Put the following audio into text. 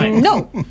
No